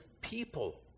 people